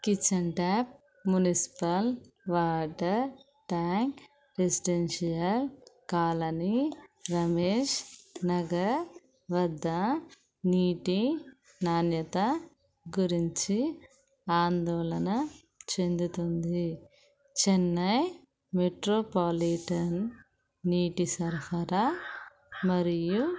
kitchen tap municipal water tank residential colony Ramesh Nagar వద్ద నీటి నాణ్యత గురించి ఆందోళన చెందుతుంది చెన్నై మెట్రోపాలీటన్ నీటి సరఫరా మరియు